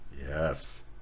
Yes